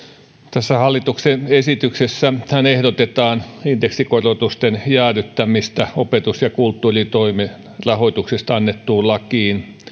tässä hallituksen esityksessähän ehdotetaan indeksikorotusten jäädyttämistä opetus ja kulttuuritoimen rahoituksesta annettuun lakiin